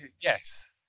yes